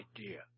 idea